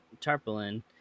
tarpaulin